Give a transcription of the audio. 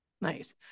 Nice